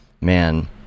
Man